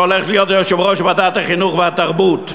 אתה הולך להיות יושב-ראש ועדת החינוך והתרבות.